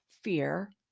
fear